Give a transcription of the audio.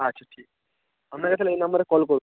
আচ্ছা ঠিক আছে আপনাকে তাহলে এই নাম্বারে কল করবো